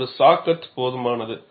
ஒரு சா கட் போதுமானது